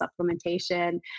supplementation